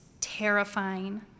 terrifying